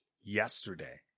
yesterday